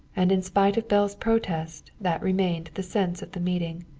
and in spite of belle's protest, that remained the sense of the meeting.